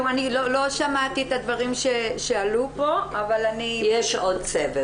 אני לא שמעתי את הדברים שעלו פה אבל אני --- יש עוד סבב.